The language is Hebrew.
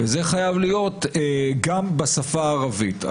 זה חייב להיות גם בשפה הערבית.